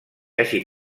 hagi